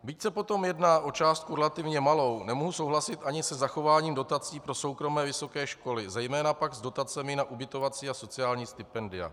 Byť se potom jedná o částku relativně malou, nemohu souhlasit ani se zachováním dotací pro soukromé vysoké školy, zejména pak s dotacemi na ubytovací a sociální stipendia.